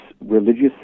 religious